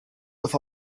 with